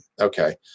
Okay